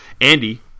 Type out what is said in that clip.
Andy